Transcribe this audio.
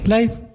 Life